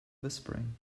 whispering